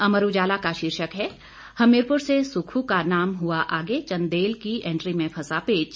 अमर उजाला का शीर्षक है हमीरपुर से सुक्खू का नाम हुआ आगे चंदेल की एंट्री में फंसा पेच